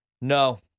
No